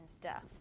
death